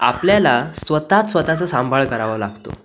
आपल्याला स्वतःच स्वतःचा सांभाळ करावा लागतो